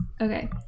Okay